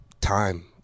Time